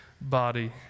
body